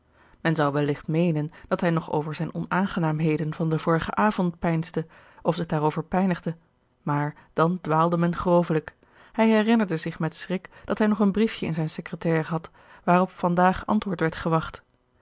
men zou welligt meenen dat hij nog over zijne onaangenaamheden van den vorigen avond peinsde of zich daarover pijnigde maar dan dwaalde men grovelijk hij herinnerde zich met schrik dat hij nog een briefje in zijne secretaire had waarop van daag antwoord werd gewacht